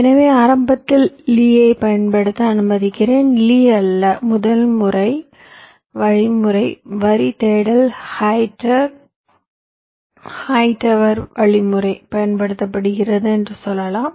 எனவே ஆரம்பத்தில் லீயைப் பயன்படுத்த அனுமதிக்கிறேன் லீ அல்ல முதல் வழிமுறை வரி தேடல் ஹைட்டவரின் வழிமுறை பயன்படுத்தப்படுகிறது என்று சொல்லலாம்